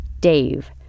Dave